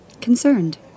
Concerned